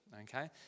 okay